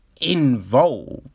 involved